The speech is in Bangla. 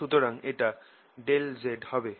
সুতরাং এটা ∆z হবে